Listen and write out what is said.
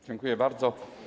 Dziękuję bardzo.